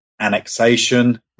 annexation